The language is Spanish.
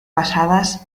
basadas